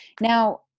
Now